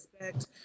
respect